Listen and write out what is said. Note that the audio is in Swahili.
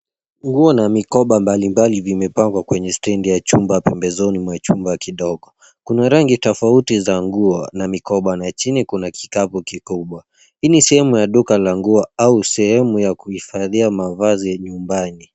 Nguo na mikoba mbalimbali vimepangawa kwenye stendi ya chuma pembezoni mwa chumba kidogo. Kuna rangi tofauti za nguo na mikoba na chini kuna kikapu kikubwa. Hii ni sehemu ya duka la nguo au sehemu ya kuhifadhia mavazi nymbani.